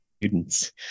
students